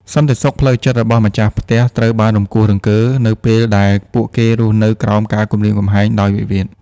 សន្តិសុខផ្លូវចិត្តរបស់ម្ចាស់ផ្ទះត្រូវបានរង្គោះរង្គើ នៅពេលដែលពួកគេរស់នៅក្រោមការគំរាមកំហែងដោយវិវាទ។